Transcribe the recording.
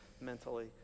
mentally